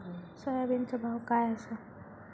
सोयाबीनचो भाव काय आसा?